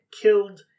killed